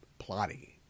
plotty